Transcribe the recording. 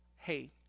Hey